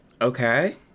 Okay